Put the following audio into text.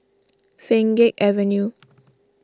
Pheng Geck Avenue